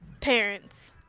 Parents